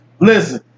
Listen